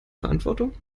verantwortung